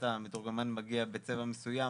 ולפתע המתורגמן מגיע בצבע מסוים,